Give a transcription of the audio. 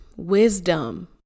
wisdom